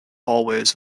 hallways